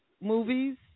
movies